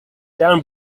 down